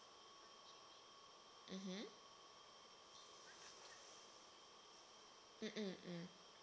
mmhmm mm